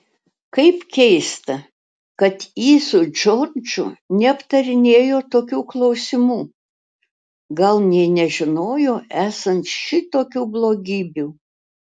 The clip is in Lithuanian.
kaip keista kad ji su džordžu neaptarinėjo tokių klausimų gal nė nežinojo esant šitokių blogybių